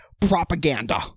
propaganda